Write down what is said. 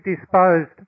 disposed